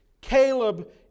Caleb